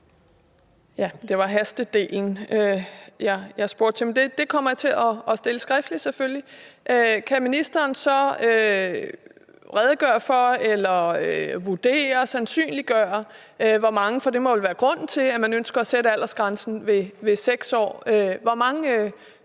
Det var hastedelen, jeg spurgte til. Det spørgsmål kommer jeg selvfølgelig til at stille skriftligt. Kan ministeren så redegøre for, vurdere, sandsynliggøre – for det må vel være grunden til, at man ønsker at sætte aldersgrænsen ved 6 år – hvor mange